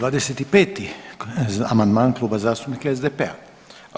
25. amandman Klub zastupnika SDP-a.